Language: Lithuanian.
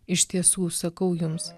iš tiesų sakau jums